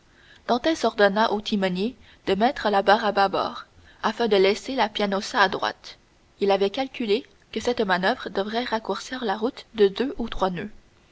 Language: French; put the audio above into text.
ordonna au timonier de mettre la barre à bâbord afin de laisser la pianosa à droite il avait calculé que cette manoeuvre devrait raccourcir la route de deux ou trois noeuds